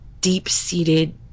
Deep-seated